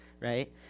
right